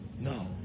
no